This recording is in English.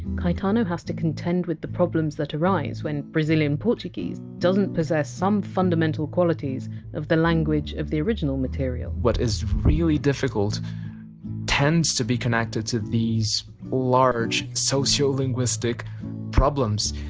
caetano has to contend with the problems that arise when brazilian portuguese doesn! t possess some fundamental qualities of the language of the original material what is really difficult tends to be connected to these large sociolinguistic problems.